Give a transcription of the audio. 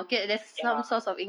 ya